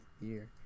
year